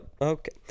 Okay